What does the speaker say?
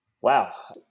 Wow